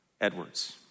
Edwards